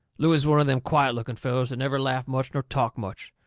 looey was one of them quiet-looking fellers that never laughed much nor talked much.